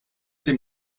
dem